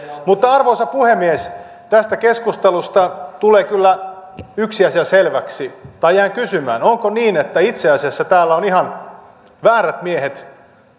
arvoisa puhemies tästä keskustelusta tulee kyllä yksi asia selväksi tai jäin kysymään onko niin että itse asiassa täällä ovat ihan väärät miehet